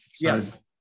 Yes